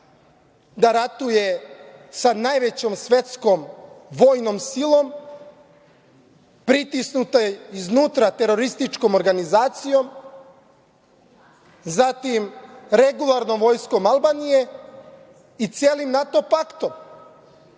da ratuje sa najvećom svetskom vojnom silom, pritisnuta iznutra terorističkom organizacijom, zatim, regularnom vojskom Albanije i celim NATO paktom. Da